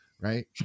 right